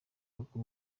uku